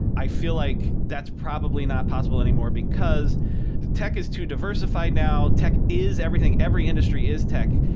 i feel like that's probably not possible anymore, because the tech is too diversified now, tech is everything. every industry is tech.